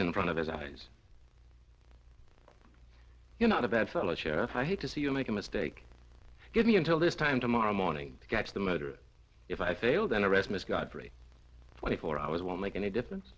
in front of his eyes you're not a bad fellow sheriff i hate to see you make a mistake give me until this time tomorrow morning to catch the matter if i fail then arrest miss godfrey twenty four hours won't make any difference